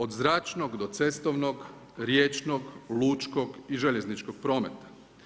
Od zračnog do cestovnog, riječnog, lučkog i željezničkog prometa.